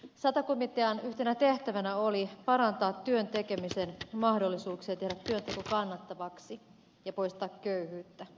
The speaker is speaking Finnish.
sata komitean yhtenä tehtävänä oli parantaa työn tekemisen mahdollisuuksia tehdä työnteko kannattavaksi ja poistaa köyhyyttä